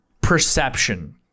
perception